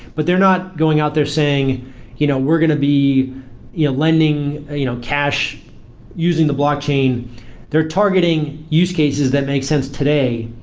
but they're not going out there saying you know we're going to be you know lending you know cash using the blockchain. they're targeting use cases that make sense today,